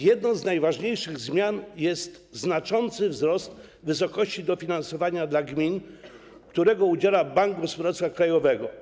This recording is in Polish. Jedną z najważniejszych zmian jest znaczący wzrost wysokości dofinansowania dla gmin, którego udziela Bank Gospodarstwa Krajowego.